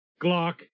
Glock